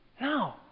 No